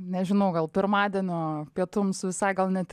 nežinau gal pirmadienio pietums visai gal net